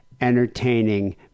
entertaining